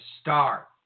star